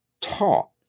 taught